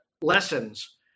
lessons